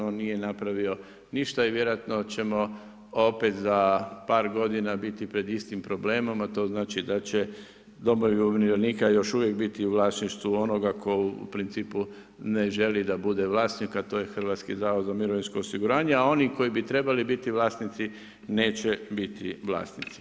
On nije napravio ništa i vjerojatno ćemo opet za par godina biti pred istim problemom, a to znači da će dom umirovljenika još uvijek biti u vlasništvu onoga tko u principu ne želi da bude vlasnik, a to je Hrvatski zavod za mirovinsko osiguranje a oni koji bi trebali biti vlasnici neće biti vlasnici.